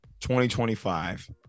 2025